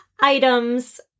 items